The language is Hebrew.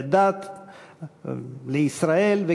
לדת ישראל,